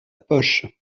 poche